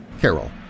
Carol